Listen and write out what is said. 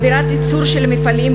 מהעברת ייצור של מפעלים,